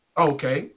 Okay